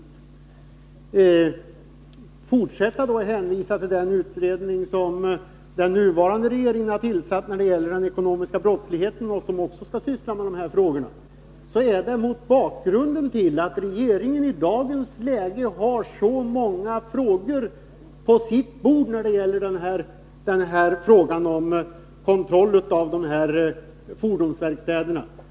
När man fortsätter att hänvisa till den utredning som den nuvarande regeringen har tillsatt när det gäller den ekonomiska brottsligheten, som också skall syssla med de här frågorna, så sker det mot bakgrund av att regeringen i dagens läge har så många frågor på sitt bord när det gäller kontrollen av de här fordonsverkstäderna.